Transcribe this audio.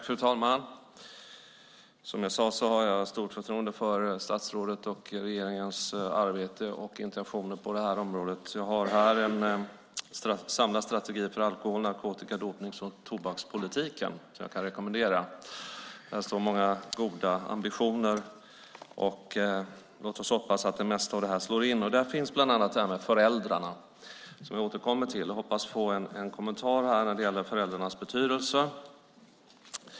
Fru talman! Som jag sade har jag stort förtroende för statsrådet och regeringens arbete och intentioner på det här området. Jag har här en samlad strategi för alkohol-, narkotika-, drog och tobakspolitiken. Här finns många goda ambitioner - låt oss hoppas att det mesta slår in. Här finns bland annat det här med föräldrarna, som jag återkommer till. Jag hoppas få en kommentar här när det gäller föräldrarnas betydelse.